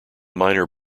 minor